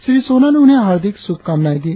श्री सोना ने उन्हें हार्दिक श्रभकामनाए दी